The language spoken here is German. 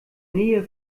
nähe